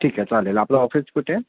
ठीक आहे चालेल आपलं ऑफिस कुठे आहे